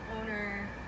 owner